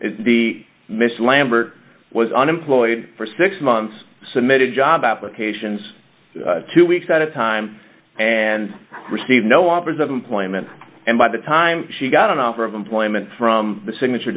be missed lambert was unemployed for six months submitted job applications two weeks at a time and received no offers of employment and by the time she got an offer of employment from the signature